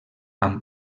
amb